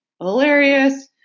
Hilarious